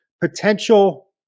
potential